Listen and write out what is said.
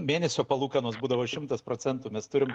mėnesio palūkanos būdavo šimtas procentų mes turim